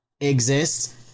exists